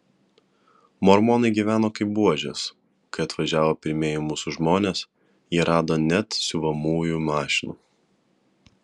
mormonai gyveno kaip buožės kai atvažiavo pirmieji mūsų žmonės jie rado net siuvamųjų mašinų